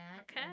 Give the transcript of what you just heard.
Okay